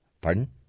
Pardon